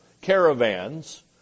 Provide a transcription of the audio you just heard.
caravans